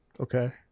okay